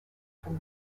from